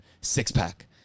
six-pack